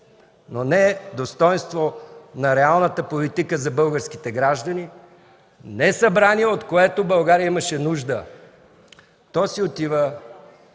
но не достойнство на реалната политика за българските граждани, не Събрание, от което България имаше нужда, то си отива